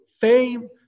fame